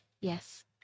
Yes